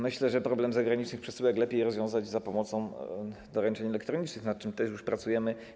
Myślę, że problem zagranicznych przesyłek lepiej rozwiązać za pomocą doręczeń elektronicznych, nad czym też już pracujemy.